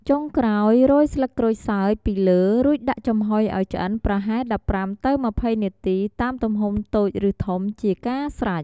ចុងក្រោយរោយស្លឹកក្រូចសើចពីលើ រួចដាក់ចំហុយឲ្យឆ្អិន ប្រហែល១៥ ទៅ២០នាទី តាមទំហំតូចឬធំ ជាការស្រេច។